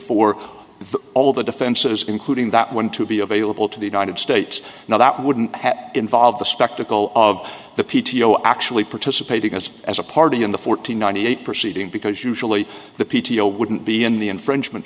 for all of the defenses including that one to be available to the united states now that wouldn't have involved the spectacle of the p t o actually participating as as a party in the fourteen ninety eight proceeding because usually the p t o wouldn't be in the infringement